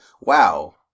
wow